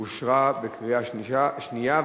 אושרה בקריאה שנייה.